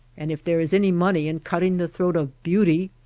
and if there is any money in cutting the throat of beauty,